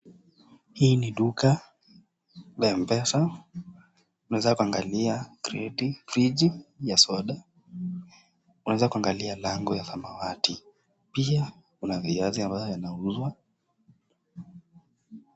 Hii ni duka la mpesa. Tunaweza kuangalia kreti, friji ya soda, tunaweza kuangalia lango ya samawati. Pia kuna viazi ambayo yanauzwa.